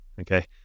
Okay